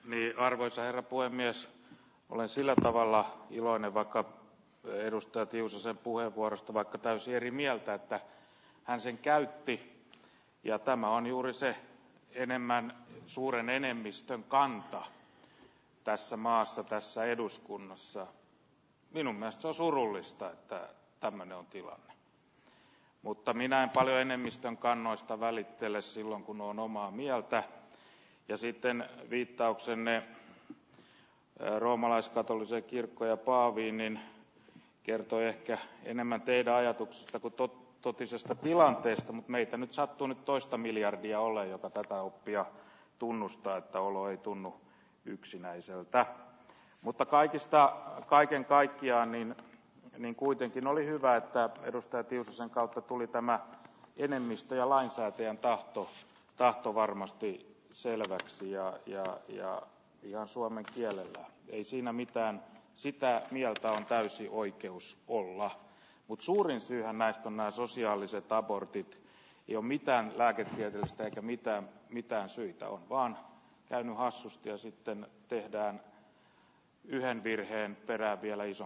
eli arvoisa herra puhemies ole sillä tavalla voimme vaikka edustaakin sen puheenvuorosta vaikka täysin eri mieltä että arsin käytti ja tämä on juuri sen enemmän suuren enemmistön kantaa tässä maassa tässä eduskunnassa enomeista surullista että tämän tilalle mutta minä ole enemmistön kannasta valittelee silloin kun on omaa mieltä ja sitten viittauksemme ja eu roomalaiskatolisen kirkko ja paaviinnen kertoo ehkä enemmän teitä ajatuksesta tutut totisesta tilanteesta meitä nyt sattunut toista miljardia olla jo totuutta oppia tunnustaa että olo ei tunnu yksinäiseltä mutta kaikista kaiken kaikkiaan nimet lenin kuitenkin oli hyvä että edustaa prinsessan kaato tuli tämä enemmistö ja lainsäätäjän tahto tahto varmasti selvät ja jahtia ja suomen kielelle ei siinä mitään syitä jotka on täysin oikeus kuolla mut suurin syy ämmät kunnan sosiaalisesta abortit jo mitä lääketieteelle tehdä mitään mitään syytä vaan jäin hassusti ö sitten tehdään yhä virheen perään vielä iso